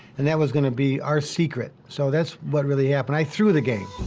and that was going to be our secret. so that's what really happened. i threw the game.